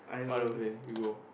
what buffet you go